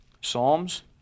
Psalms